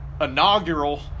inaugural